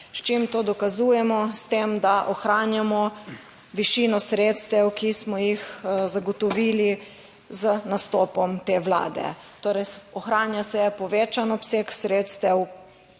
S čim to dokazujemo? S tem, da ohranjamo višino sredstev, ki smo jih zagotovili z nastopom te Vlade, torej ohranja se povečan obseg sredstev